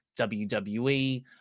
wwe